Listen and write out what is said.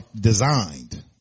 designed